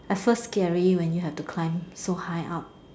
at first scary when you have to climb so high up